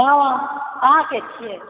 हँ अहाँ के छियै